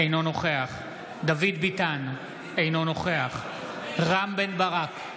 אינו נוכח דוד ביטן, אינו נוכח רם בן ברק,